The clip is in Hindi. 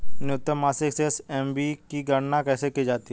न्यूनतम मासिक शेष एम.ए.बी की गणना कैसे की जाती है?